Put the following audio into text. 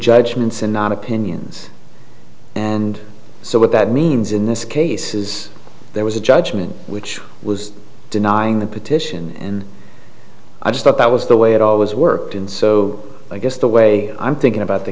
judgments and not opinions and so what that means in this case is there was a judgment which was denying the petition and i just thought that was the way it always worked in so i guess the way i'm thinking about the